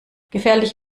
gefährlich